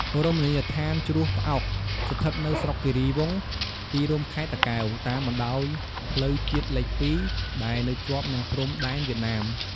រមណីយដ្ឋានជ្រោះផ្អោក ស្ថិតនៅស្រុកគិរីវង្ស ទីរួមខេត្តតាកែវ តាមបណ្តោយផ្លូវជាតិលេខ២ ដែលនៅជាប់នឹងព្រំដែនវៀតណាម។